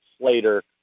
Slater